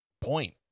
point